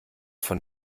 von